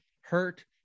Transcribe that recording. hurt